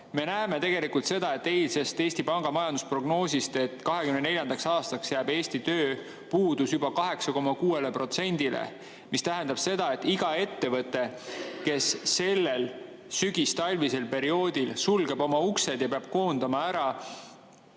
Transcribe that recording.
Me näeme eilsest Eesti Panga majandusprognoosist, et 2024. aastaks [jõuab] Eesti tööpuudus juba 8,6%‑ni. See tähendab seda, et iga ettevõte, kes sellel sügistalvisel perioodil sulgeb oma uksed ja peab koondama väga